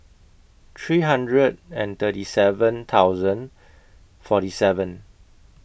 three hundred and thirty seven thousand forty seven